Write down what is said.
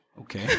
okay